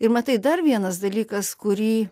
ir matai dar vienas dalykas kurį